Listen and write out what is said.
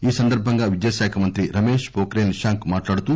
ఈ సందర్బంగా విద్యాశాఖ మంత్రి రమేష్ ప్రోఖ్రియాల్ నిశాంక్ మాట్లాడుతూ